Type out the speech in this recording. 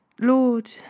Lord